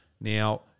Now